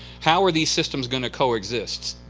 how are these systems going to coexist?